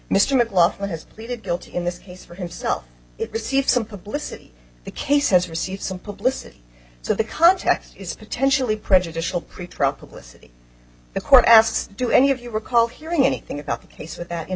mr mclachlan has pleaded guilty in this case for himself it received some publicity the case has received some publicity so the context is potentially prejudicial pretrial publicity the court asks do any of you recall hearing anything about the case with that in